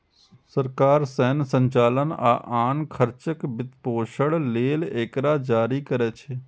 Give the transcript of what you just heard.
सरकार सैन्य संचालन आ आन खर्चक वित्तपोषण लेल एकरा जारी करै छै